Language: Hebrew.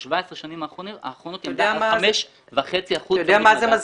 אבל ב-17 השנים האחרונות היא עמדה על 5.5% --- זה מזכיר